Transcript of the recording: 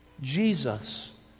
Jesus